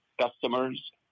customers